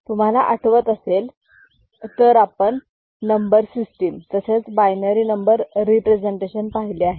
तुम्हाला आठवत असेल तर आपण नंबर सिस्टीम तसेच बायनरी नंबर रिप्रेझेंटेशन पाहिले आहे